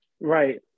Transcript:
right